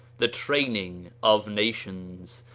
the training of nations,